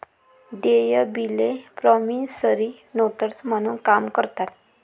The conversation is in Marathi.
देय बिले प्रॉमिसरी नोट्स म्हणून काम करतात